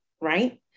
right